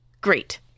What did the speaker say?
Great